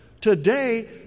Today